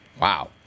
Wow